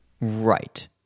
Right